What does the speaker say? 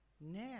now